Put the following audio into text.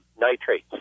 nitrates